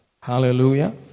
Hallelujah